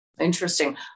interesting